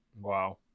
Wow